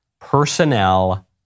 Personnel